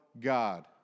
God